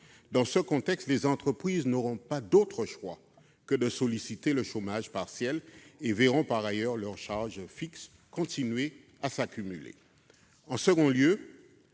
Dans ce contexte, les entreprises n'auront pas d'autre choix que de recourir au chômage partiel et verront par ailleurs leurs charges fixes continuer à s'accroître.